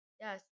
Yes